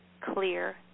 clear